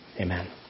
amen